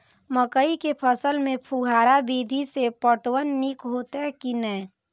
मकई के फसल में फुहारा विधि स पटवन नीक हेतै की नै?